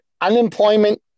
unemployment